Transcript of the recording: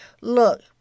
Look